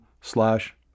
slash